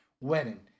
wedding